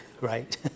right